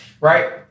right